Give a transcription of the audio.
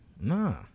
Nah